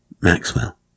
Maxwell